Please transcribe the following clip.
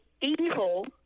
evil